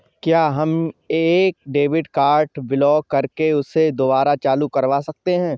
क्या हम एक डेबिट कार्ड ब्लॉक करके उसे दुबारा चालू करवा सकते हैं?